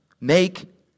make